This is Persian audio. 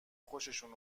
خوششون